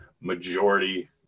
majority